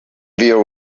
view